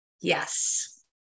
Yes